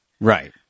Right